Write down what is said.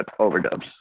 overdubs